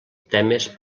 temes